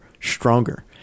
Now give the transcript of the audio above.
stronger